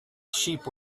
sheep